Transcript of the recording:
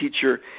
teacher